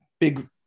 big